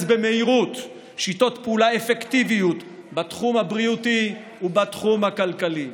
במהירות שיטות פעולה אפקטיביות בתחום הבריאותי ובתחום הכלכלי,